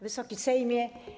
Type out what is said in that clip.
Wysoki Sejmie!